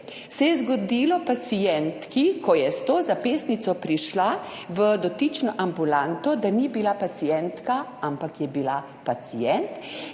se je zgodilo pacientki, ko je s to zapestnico prišla v dotično ambulanto, da ni bila pacientka, ampak je bila pacient,